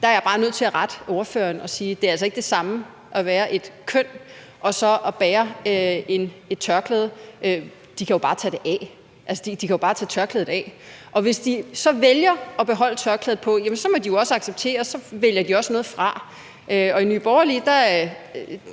Der er jeg bare nødt til at rette ordføreren og sige, at det altså ikke er det samme at være et køn og så at bære et tørklæde. De kan jo bare tage det af – altså, de kan jo bare tage tørklædet af. Hvis de så vælger at beholde tørklædet på, må de jo også acceptere, at de så også vælger noget fra. Og i Nye Borgerlige mener